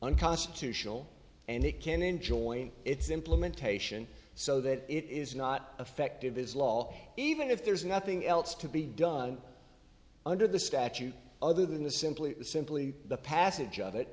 unconstitutional and it can enjoy its implementation so that it is not effective is law even if there's nothing else to be done under the statute other than the simply simply the passage of it